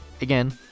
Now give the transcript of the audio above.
again